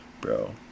bro